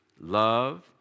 Love